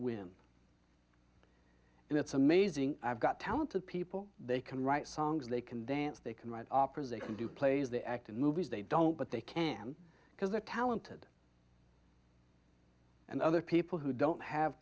win and it's amazing i've got talented people they can write songs they can dance they can write operas they can do plays they acted movies they don't but they can because they're talented and other people who don't have